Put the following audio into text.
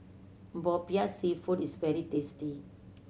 Popiah Seafood is very tasty